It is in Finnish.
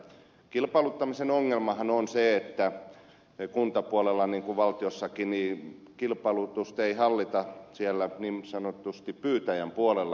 kilpailuttamisen ongelmahan on se että kuntapuolella niin kuin valtiollakin kilpailutusta ei hallita siellä niin sanotusti pyytäjän puolella